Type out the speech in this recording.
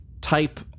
type